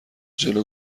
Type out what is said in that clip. جلو